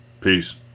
Peace